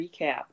Recap